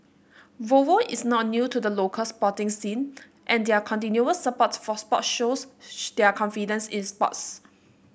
Volvo is not new to the local sporting scene and their continuous support for sports shows their confidence in sports